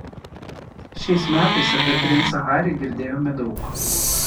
šiais metais apie princą harį girdėjome daug